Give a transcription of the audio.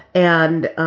and,